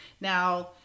now